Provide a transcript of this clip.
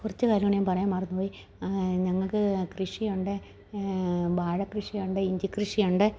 കുറച്ച് കാര്യംകൂടെ ഞാൻ പറയാൻ മറന്ന് പോയി ഞങ്ങൾക്ക് കൃഷിയുണ്ടേ വാഴ കൃഷിയുണ്ട് ഇഞ്ചി കൃഷിയുണ്ട്